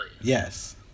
Yes